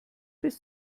bis